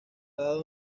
dado